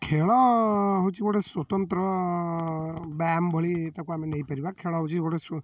ଖେଳ ହେଉଛି ଗୋଟେ ସ୍ୱତନ୍ତ୍ର ବ୍ୟୟାମ ଭଳି ତାକୁ ଆମେ ନେଇ ପାରିବା ଖେଳ ହେଉଛି ଗୋଟେ